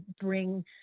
bring